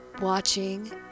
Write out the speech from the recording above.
Watching